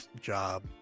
job